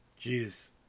Jeez